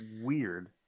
weird